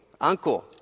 uncle